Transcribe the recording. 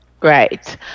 right